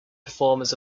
performers